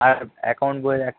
আর account বইয়ের এক